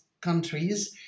countries